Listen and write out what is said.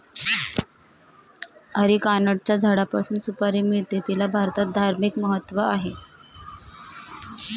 अरिकानटच्या झाडापासून सुपारी मिळते, तिला भारतात धार्मिक महत्त्व आहे